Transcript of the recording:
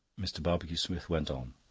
mr. barbecue-smith went on.